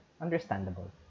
understandable